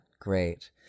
great